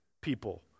people